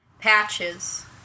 Patches